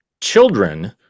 children